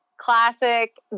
Classic